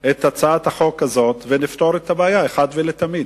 את הצעת החוק הזאת ולפתור את הבעיה אחת ולתמיד.